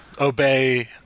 obey